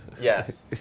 Yes